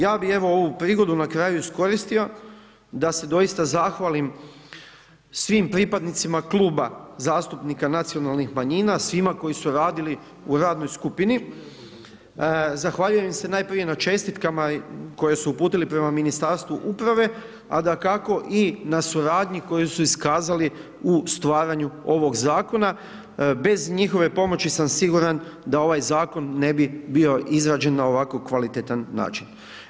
Ja bi, evo, ovu prigodu na kraju iskoristio da se doista zahvalim svim pripadnicima Kluba zastupnika nacionalnih manjina, svima koji su radili u radnoj skupini, zahvaljujem im se najprije na čestitkama koje su uputili prema Ministarstvu uprave, a dakako i na suradnji koju su iskazali u stvaranju ovog zakona, bez njihove pomoći sam siguran da ovaj zakon ne bi bio izrađen na ovako kvalitetan način.